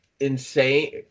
insane